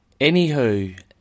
anywho